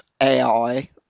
AI